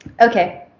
Okay